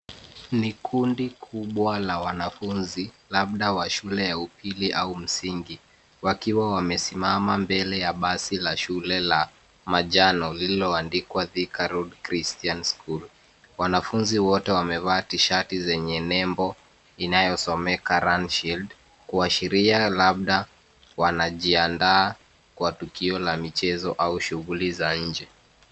Ni kundi kubwa la wanafunzi, labda wa shule ya upili ,au msingi. Wakiwa wamesimama mbele ya basi la shule la manjano, lililoandikwa Thika road Christian school. Wanafunzi wote wamevaa tishati zenye nembo inayosomeka Run shield kuashiria labda wanajiandaa kwa tukio la michezo au shughuli za nje .